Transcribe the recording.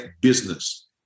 business